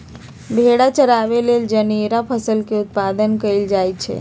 भेड़ा चराबे लेल जनेरा फसल के उत्पादन कएल जाए छै